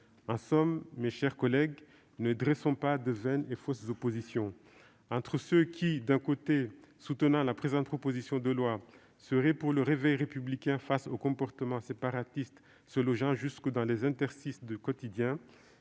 En somme, mes chers collègues, ne dressons pas de vaines et fausses oppositions entre ceux qui, d'un côté, soutenant la présente proposition de loi, seraient pour le réveil républicain face aux comportements séparatistes se logeant jusque dans les interstices du quotidien